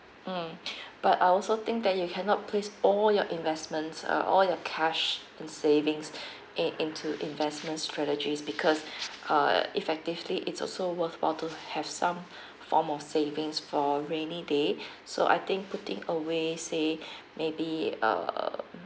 mm but I also think that you cannot place all your investments uh all your cash in savings in into investment strategies because err effectively it's also worthwhile to have some form of savings for rainy day so I think putting away say maybe err